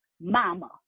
mama